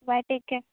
bye take care